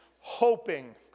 hoping